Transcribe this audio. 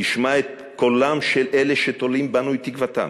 נשמע את קולם של אלה שתולים בנו את תקוותם